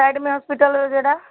side में hospital जडा